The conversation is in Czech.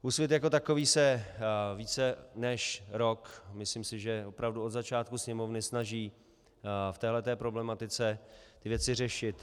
Úsvit jako takový se více než rok, myslím si, že opravdu od začátku Sněmovny, snaží v téhle problematice věci řešit.